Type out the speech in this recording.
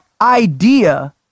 idea